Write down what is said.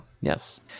yes